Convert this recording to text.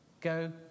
go